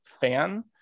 fan